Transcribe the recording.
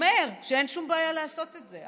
אומר שאין שום בעיה לעשות את זה.